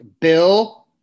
Bill